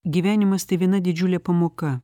gyvenimas tai viena didžiulė pamoka